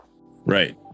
right